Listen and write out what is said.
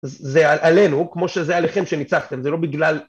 זה עלינו, כמו שזה עליכם שניצחתם, זה לא בגלל..